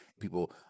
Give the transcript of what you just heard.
people